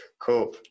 Cool